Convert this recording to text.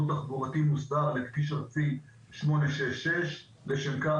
תחבורתי מוסדר לכביש ארצי 866. לשם כך,